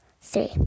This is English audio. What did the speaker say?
three